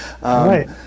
Right